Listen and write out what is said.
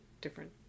different